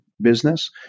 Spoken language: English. business